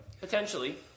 potentially